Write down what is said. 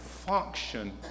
function